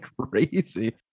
crazy